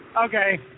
Okay